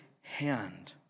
hand